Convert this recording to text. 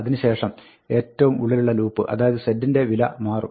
അതിന് ശേഷം ഏറ്റവും ഉള്ളിലുള്ള ലൂപ്പ് അതായത് z ന്റെ വില മാറും